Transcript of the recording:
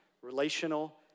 relational